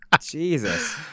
Jesus